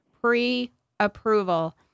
pre-approval